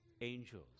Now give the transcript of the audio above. angels